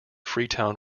freetown